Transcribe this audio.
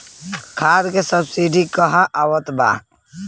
खाद के सबसिडी क हा आवत बा?